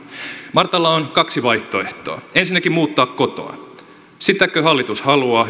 martalla on kaksi vaihtoehtoa ensinnäkin muuttaa kotoa sitäkö hallitus haluaa